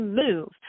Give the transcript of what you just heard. move